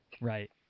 Right